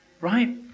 right